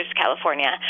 California